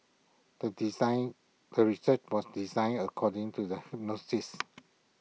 the design the research was designed according to the hypothesis